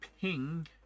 ping